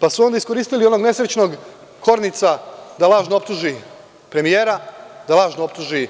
Pa, onda su iskoristili onog nesrećnog Hornica da lažno optuži premijera, da lažno optuži